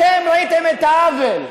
ראיתם את העוול,